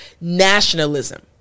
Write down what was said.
nationalism